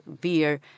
beer